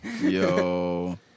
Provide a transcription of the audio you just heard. Yo